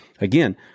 Again